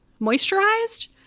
moisturized